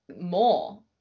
More